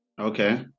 okay